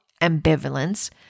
ambivalence